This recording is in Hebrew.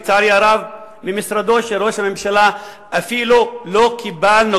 ולצערי הרב ממשרדו של ראש הממשלה אפילו לא קיבלנו,